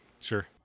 Sure